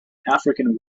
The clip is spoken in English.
african